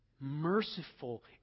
merciful